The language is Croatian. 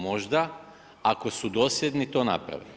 Možda ako su dosljedni to naprave.